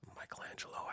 Michelangelo